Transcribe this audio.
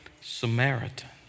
Samaritan